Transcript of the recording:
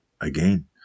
Again